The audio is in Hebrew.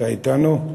אתה אתנו?